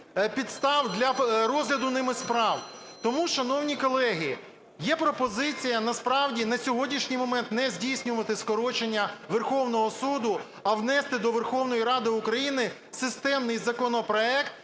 підстав для розгляду ними справ. Тому, шановні колеги, є пропозиція насправді на сьогоднішній момент не здійснювати скорочення Верховного Суду, а внести до Верховної Ради України системний законопроект